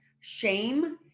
shame